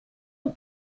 een